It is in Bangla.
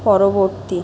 পরবর্তী